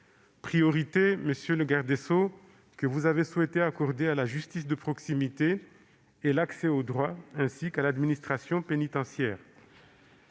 priorités, monsieur le garde des sceaux, que vous avez souhaité accorder à la justice de proximité et à l'accès au droit ainsi qu'à l'administration pénitentiaire.